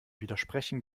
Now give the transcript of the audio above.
widersprechen